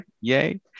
Yay